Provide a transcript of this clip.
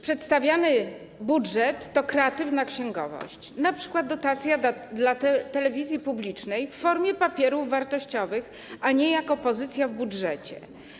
Przedstawiany budżet to kreatywna księgowość, np. dotacja dla telewizji publicznej w formie papierów wartościowych, a nie jako pozycja w budżecie.